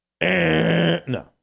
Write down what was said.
No